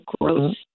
gross